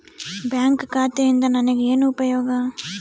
Bank ಖಾತೆಯಿಂದ ನನಗೆ ಏನು ಉಪಯೋಗ?